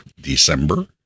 December